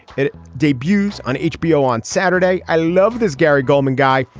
it debuts on hbo on saturday. i love this gary goldman guy.